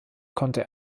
konnte